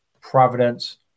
Providence